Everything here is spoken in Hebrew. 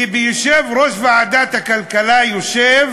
כי בראש ועדת הכלכלה יושב